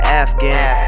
afghan